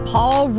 Paul